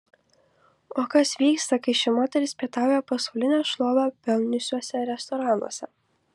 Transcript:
o kas vyksta kai ši moteris pietauja pasaulinę šlovę pelniusiuose restoranuose